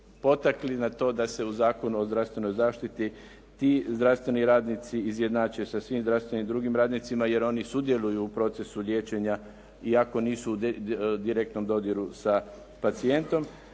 potakli na to da se u Zakonu o zdravstvenoj zaštiti ti zdravstveni radnici izjednače sa svim zdravstvenim drugim radnicima jer oni sudjeluju u procesu liječenja iako nisu u direktnom dodiru sa pacijentom,